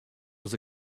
was